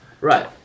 Right